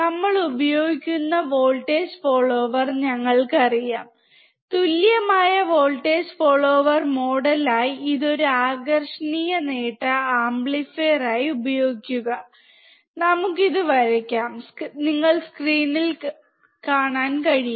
നമ്മൾ ഉപയോഗിക്കുന്ന voltage follower ഞങ്ങൾക്കറിയാം തുല്യമായ വോൾട്ടേജ് ഫോളോവർ മോഡലായി ഇത് ഒരു ആകർഷണീയ നേട്ട ആംപ്ലിഫയറായി ഉപയോഗിക്കുക നമുക്ക് ഇത് വരയ്ക്കാം നിങ്ങൾക്ക് സ്ക്രീനിൽ കാണാൻ കഴിയും